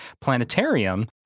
planetarium